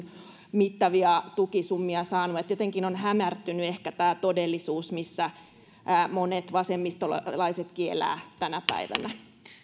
mittavia tukisummia saanut jotenkin on ehkä hämärtynyt todellisuus missä monet vasemmistolaisetkin elävät tänä päivänä